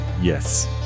yes